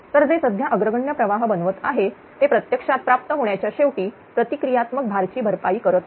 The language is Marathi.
तर जे सध्या अग्रगण्य प्रवाह बनवत आहे ते प्रत्यक्षात प्राप्त होण्याच्या शेवटी प्रतिक्रियात्मक भारी ची भरपाई करत आहे